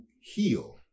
heal